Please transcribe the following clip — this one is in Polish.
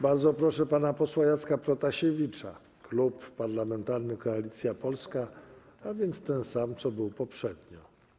Bardzo proszę pana posła Jacka Protasiewicza, Klub Parlamentarny Koalicja Polska, a więc ten sam, który był poprzednio.